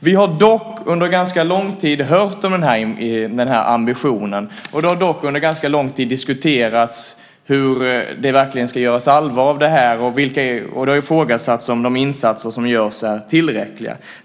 Vi har dock under ganska lång tid hört om den här ambitionen, och det har under ganska lång tid diskuterats hur det verkligen ska göras allvar av det. Det har ifrågasatts om de insatser som görs är tillräckliga.